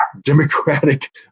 democratic